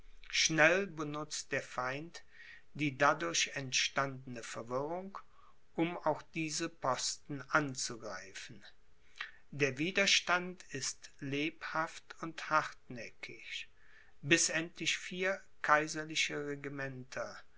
schnell benutzt der feind die dadurch entstandene verwirrung um auch diese posten anzugreifen der widerstand ist lebhaft und hartnäckig bis endlich vier kaiserliche regimenter